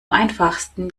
einfachsten